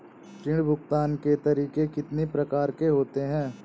ऋण भुगतान के तरीके कितनी प्रकार के होते हैं?